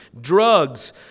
drugs